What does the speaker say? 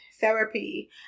therapy